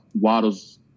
Waddle's